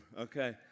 okay